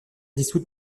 dissoute